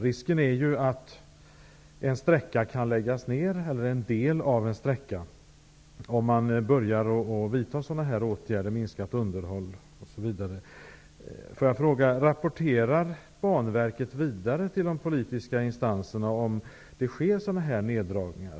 Risken är att en sträcka, eller en del av en sträcka, kan läggas ned om man börjar vidta sådana åtgärder, minskat underhåll osv. Rapporterar Banverket vidare till de politiska instanserna om det sker sådana neddragningar?